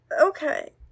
Okay